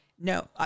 No